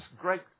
great